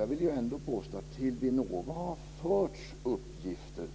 Jag vill ändå påstå att till Vinnova har förts uppgifter